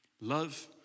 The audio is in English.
Love